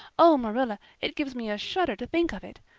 oh, marilla, it gives me a shudder to think of it.